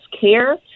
care